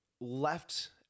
left